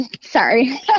sorry